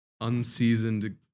Unseasoned